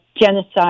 genocide